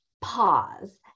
pause